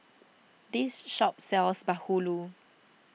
this shop sells Bahulu